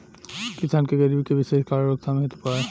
किसान के गरीबी के विशेष कारण रोकथाम हेतु उपाय?